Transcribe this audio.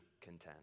content